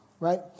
Right